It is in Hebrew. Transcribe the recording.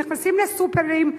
נכנסים לסופרים,